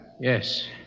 Yes